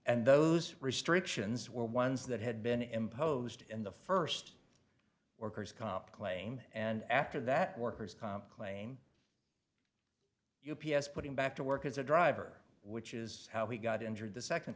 and those restrictions were ones that had been imposed in the first or course comp claim and after that worker's comp claim u p s put him back to work as a driver which is how he got injured the second